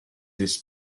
this